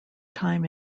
time